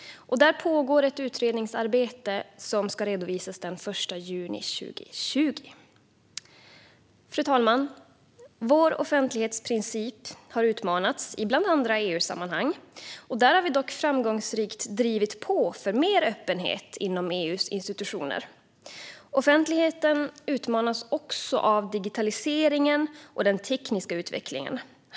Där pågår ett utredningsarbete som ska redovisas den 1 juni 2020. Fru talman! Vår offentlighetsprincip har utmanats, i bland annat EU-sammanhang. Där har vi dock framgångsrikt drivit på för mer öppenhet inom EU:s institutioner. Offentligheten utmanas också av digitaliseringen och den tekniska utvecklingen.